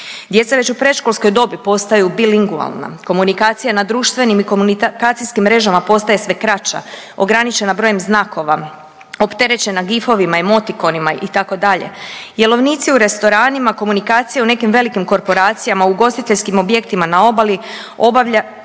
Djeca već u predškolskoj dobi postaju bilingualna. Komunikacija na društvenim i komunikacijskim mrežama postaje sve kraća ograničena brojem znakova, opterećena gifovima, emotikonima itd. Jelovnici u restoranima, komunikacije u nekim velikim korporacijama, ugostiteljskim objektima na obali obavlja